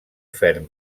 ferm